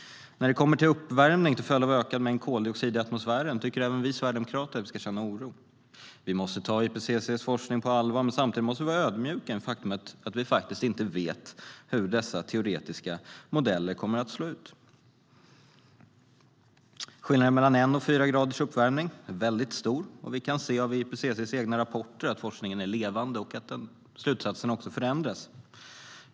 När det kommer till uppvärmning till följd av en ökad mängd koldioxid i atmosfären tycker även vi sverigedemokrater att vi ska känna oro. Vi måste ta IPCC:s forskning på allvar, men samtidigt måste vi vara ödmjuka inför faktumet att vi faktiskt inte vet hur dessa teoretiska modeller kommer att slå. Skillnaden mellan en och fyra graders uppvärmning är väldigt stor. Vi kan se av IPCC:s egna rapporter att forskningen är levande och att slutsatserna också förändras.